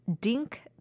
DINK